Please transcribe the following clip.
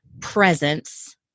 presence